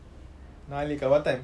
நாளைக்கு:naalaika what time